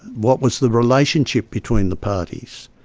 what was the relationship between the parties?